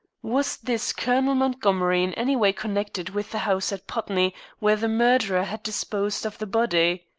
was this colonel montgomery in any way connected with the house at putney where the murderer had disposed of the body?